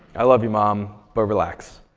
i love you mom, but relax.